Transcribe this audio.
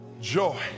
Joy